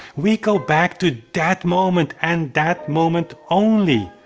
we go back to that moment and that moment only.